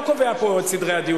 אנחנו לא נפתח את החוק בוועדה,